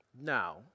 now